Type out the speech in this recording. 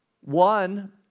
One